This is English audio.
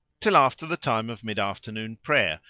till after the time of mid afternoon prayer,